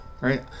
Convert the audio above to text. right